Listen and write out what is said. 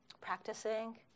practicing